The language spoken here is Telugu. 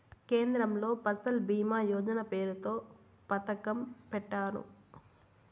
కేంద్రంలో ఫసల్ భీమా యోజన పేరుతో పథకం పెట్టారు